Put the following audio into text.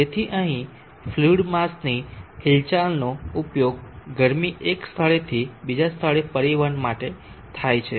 તેથી અહીં ફ્લુઇડ માસની હિલચાલનો ઉપયોગ ગરમી એક સ્થળે થી બીજા સ્થળે પરિવહન માટે થાય છે